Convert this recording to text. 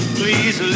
please